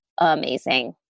amazing